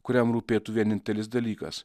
kuriam rūpėtų vienintelis dalykas